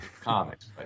comics